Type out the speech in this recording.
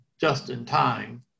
just-in-time